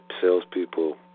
salespeople